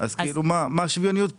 אז מה השוויוניות כאן?